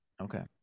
Okay